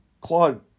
Claude